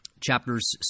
Chapters